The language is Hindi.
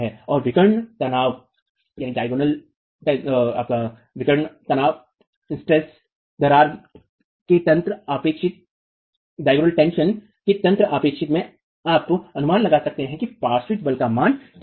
और विकर्ण तनाव दरार के तंत्र अपेक्षित में आप अनुमान लगा सकते हैं कि पार्श्व बल का मान क्या है